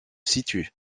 situe